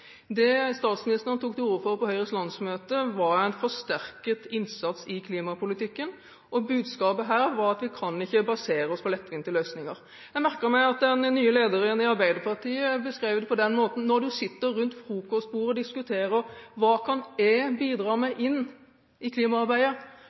Det statsministeren tok til orde for på Høyres landsmøte, var en forsterket innsats i klimapolitikken, og budskapet var at vi ikke kan basere oss på lettvinte løsninger. Jeg merker meg at den nye lederen i Arbeiderpartiet sa at når man sitter rundt frokostbordet og diskuterer hva den enkelte selv kan bidra med